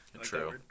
True